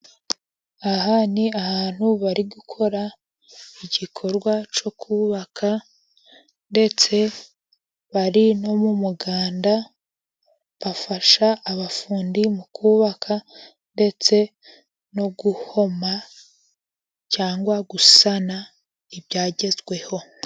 Aha ni ahantu bari gukora igikorwa cyo kubaka, ndetse bari no mu muganda bafasha abafundi mu kubaka ndetse no guhoma cyangwa gusana ibyagezweho.